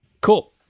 Cool